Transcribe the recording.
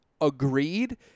agreed